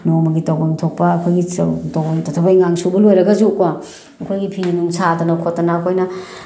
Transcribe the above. ꯅꯣꯡꯃꯒꯤ ꯇꯧꯐꯝ ꯊꯣꯛꯄ ꯑꯩꯈꯣꯏꯒꯤ ꯊꯕꯛ ꯏꯟꯈꯥꯡ ꯁꯨꯕ ꯂꯣꯏꯔꯒꯁꯨ ꯀꯣ ꯑꯩꯈꯣꯏꯒꯤ ꯐꯤꯅꯨꯡ ꯁꯥꯗꯅ ꯈꯣꯠꯇꯅ ꯑꯩꯈꯣꯏꯅ